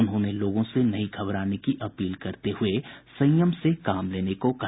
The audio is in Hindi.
उन्होंने लोगों से नहीं घबराने की अपील करते हुए संयम से काम लेने को कहा